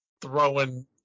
throwing